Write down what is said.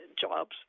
jobs